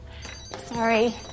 Sorry